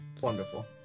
Wonderful